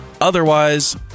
Otherwise